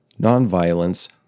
Nonviolence